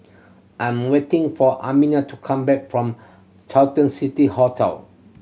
I'm waiting for Amiah to come back from Carlton City Hotel